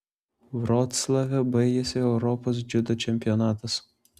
vroclave baigėsi europos dziudo čempionatas